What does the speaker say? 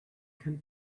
can